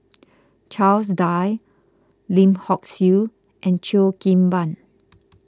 Charles Dyce Lim Hock Siew and Cheo Kim Ban